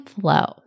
flow